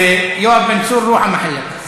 ויואב בן צור (אומר בערבית: